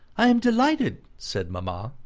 i am delighted, said mamma,